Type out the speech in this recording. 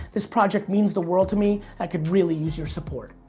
this project means the world to me. i could really use your support.